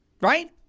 Right